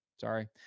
Sorry